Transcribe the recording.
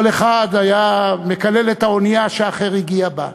כל אחד היה מקלל את האונייה שהאחר הגיע בה.